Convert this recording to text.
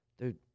dude